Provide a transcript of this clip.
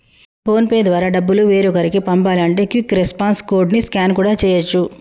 phone pay ద్వారా డబ్బులు వేరొకరికి పంపాలంటే క్విక్ రెస్పాన్స్ కోడ్ ని స్కాన్ కూడా చేయచ్చు